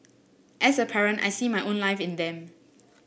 as a parent I see my own life in them